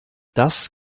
das